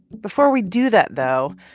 before we do that, though,